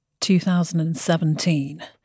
2017